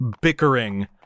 bickering